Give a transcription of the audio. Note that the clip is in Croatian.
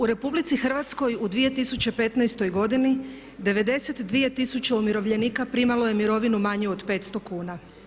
U RH u 2015. godini 92 tisuće umirovljenika primalo je mirovinu manju od 500 kuna.